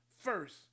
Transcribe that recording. First